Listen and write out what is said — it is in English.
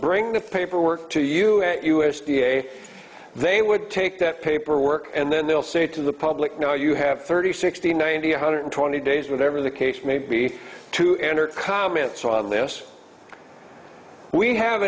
bring the paperwork to you at u s d a they would take that paperwork and then they'll say to the public now you have thirty sixty ninety one hundred twenty days whatever the case may be to enter comments on this we have